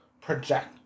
project